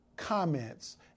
comments